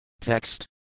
text